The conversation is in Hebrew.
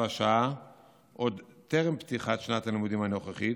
השעה עוד טרם פתיחת שנת הלימודים הנוכחית,